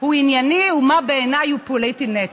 הוא ענייני ומה בעיניי הוא פוליטי נטו.